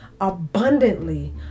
abundantly